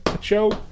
show